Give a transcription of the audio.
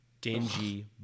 dingy